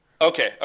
Okay